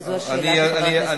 שזו השאלה של חבר הכנסת אפללו?